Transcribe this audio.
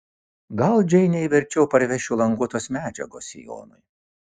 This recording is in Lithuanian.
gal džeinei verčiau parvešiu languotos medžiagos sijonui